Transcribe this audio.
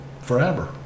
forever